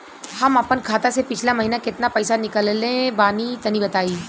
हम आपन खाता से पिछला महीना केतना पईसा निकलने बानि तनि बताईं?